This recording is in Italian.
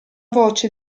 voce